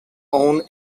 own